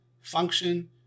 function